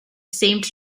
seemed